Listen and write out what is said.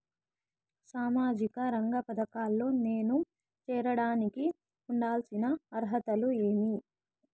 సామాజిక రంగ పథకాల్లో నేను చేరడానికి ఉండాల్సిన అర్హతలు ఏమి?